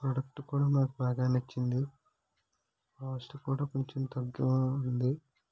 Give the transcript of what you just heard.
product కూడా నాకు బాగా నచ్చింది కాస్ట్ కూడా కొంచెం తక్కువే ఉంది